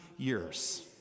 years